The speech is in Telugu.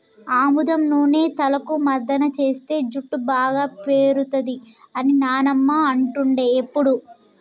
ఆముదం నూనె తలకు మర్దన చేస్తే జుట్టు బాగా పేరుతది అని నానమ్మ అంటుండే ఎప్పుడు